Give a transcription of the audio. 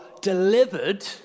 delivered